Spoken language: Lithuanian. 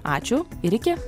ačiū ir iki